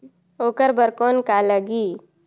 ओकर बर कौन का लगी?